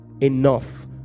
enough